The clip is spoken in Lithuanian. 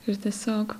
ir tiesiog